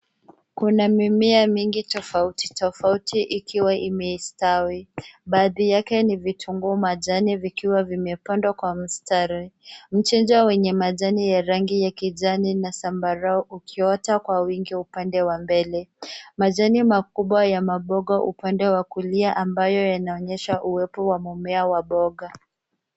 Kuna mimea mingi tofautitofauti ikiwa imestawi. Baadhi yake ni vitunguu majani vikiwa vimepandwa kwa mstari, Mchicha wenye majani ya rangi ya kijani na zambarau ukiota kwa wingi upande wa mbele, Majani makubwa ya maboga upande wa kulia ambayo yanaonyesha uwepo wa mmea wa mboga.